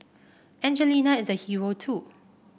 Angelina is a hero too